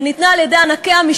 שים נקודה.